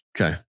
Okay